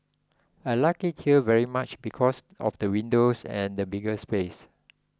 I like it here very much because of the windows and bigger space